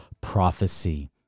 prophecy